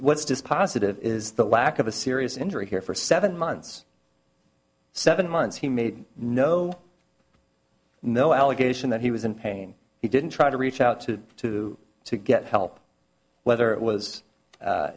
what's dispositive is the lack of a serious injury here for seven months seven months he made no no allegation that he was in pain he didn't try to reach out to to to get help whether it was